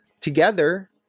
together